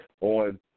on